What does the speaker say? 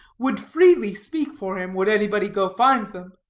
would freely speak for him, would anybody go find them.